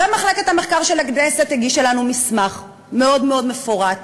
ומחלקת המחקר של הכנסת הגישה לנו מסמך מאוד מאוד מפורט,